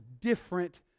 different